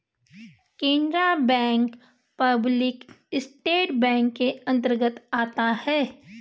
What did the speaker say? Canara bank public sector bank के अंतर्गत आता है